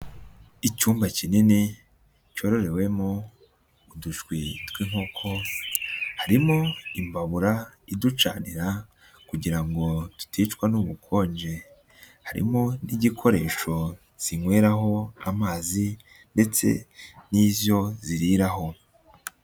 Icyumba kinini cyororewemo udushwi tw'inkoko, harimo imbabura iducanira kugira ngo tuticwa n'ubukonje. Harimo n'igikoresho zinyweraho amazi ndetse n'ibyo ziriraho.